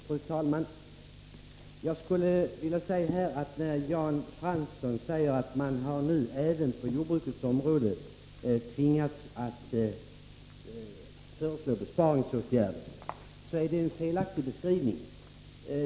Fru talman! Jag skulle vilja påpeka att när Jan Fransson säger att man nu även på jordbrukets område tvingats föreslå besparingsåtgärder är det en felaktig beskrivning.